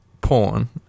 porn